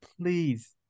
please